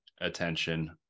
attention